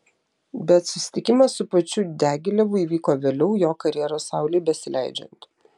bet susitikimas su pačiu diagilevu įvyko vėliau jo karjeros saulei besileidžiant